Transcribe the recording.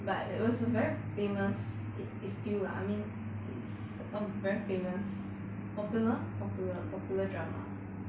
but it was a very famous it it's still lah I mean it's a very famous popular popular popular drama